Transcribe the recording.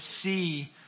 see